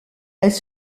elles